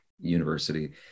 university